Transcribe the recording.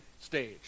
stage